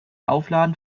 aufladen